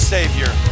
Savior